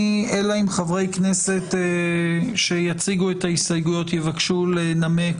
אם חברי כנסת שיציגו את ההסתייגויות יבקשו לנמק